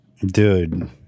Dude